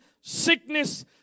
sickness